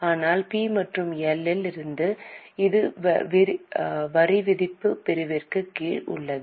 ஆனால் பி மற்றும் எல் இல் இது வரிவிதிப்பு பிரிவின் கீழ் உள்ளது